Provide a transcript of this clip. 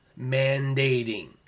mandating